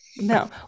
no